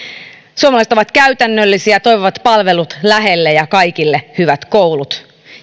suomalaiset ovat käytännöllisiä toivovat palvelut lähelle ja kaikille hyvät koulut